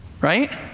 Right